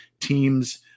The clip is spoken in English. teams